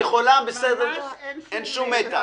ממש אין שום מתח.